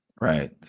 Right